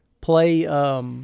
Play –